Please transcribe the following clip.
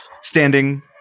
standing